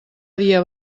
dia